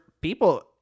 people